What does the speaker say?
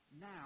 Now